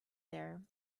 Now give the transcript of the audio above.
there